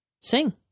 Sing